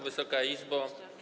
Wysoka Izbo!